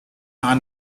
are